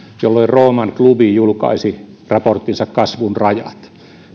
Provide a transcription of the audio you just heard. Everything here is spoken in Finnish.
jolloin rooman klubi julkaisi raporttinsa kasvun rajat